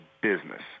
business